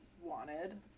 wanted